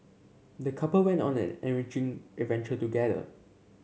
the couple went on an enriching adventure together